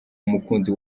umukunzi